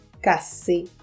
casser